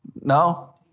No